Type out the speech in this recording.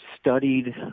studied